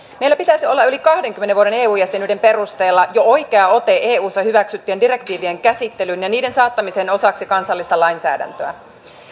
meillä pitäisi olla yli kahdenkymmenen vuoden eu jäsenyyden perusteella jo oikea ote eussa hyväksyttyjen direktiivien käsittelyyn ja niiden saattamiseen osaksi kansallista lainsäädäntöä